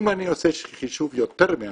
אם אני עושה חישוב יותר מעניין,